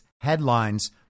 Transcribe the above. headlines